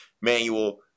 Manual